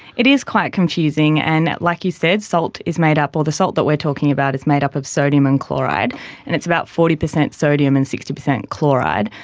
it is quite confusing and, like you said, salt is made up, or the salt that we are talking about is made up of sodium and chloride and it's about forty percent sodium and sixty percent chloride.